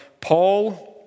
Paul